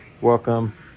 Welcome